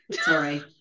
Sorry